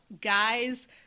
guys